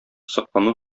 соклану